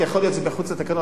יכול להיות שזה מחוץ לתקנון,